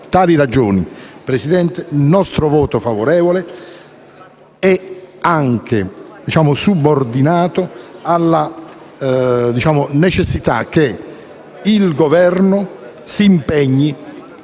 tali ragioni, Presidente, il nostro voto favorevole è anche subordinato alla necessità che il Governo si impegni